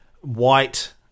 white